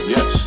Yes